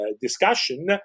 discussion